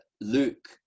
Luke